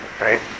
right